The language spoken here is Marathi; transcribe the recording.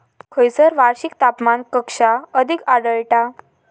खैयसर वार्षिक तापमान कक्षा अधिक आढळता?